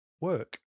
work